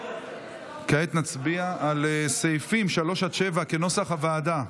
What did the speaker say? כעת נצביע על סעיפים 3 7 כנוסח הוועדה.